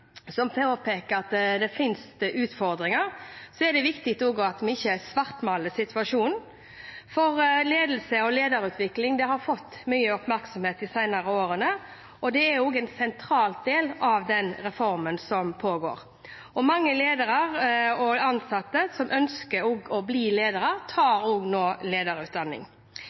som påpeker at det finnes utfordringer, er det viktig at vi ikke svartmaler situasjonen, for ledelse og lederutvikling har fått mye oppmerksomhet de senere årene. Det er også en sentral del av det arbeidet med reformen som pågår. Mange ledere – og ansatte som ønsker å bli ledere – tar nå lederutdanning.